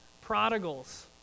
prodigals